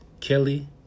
Kelly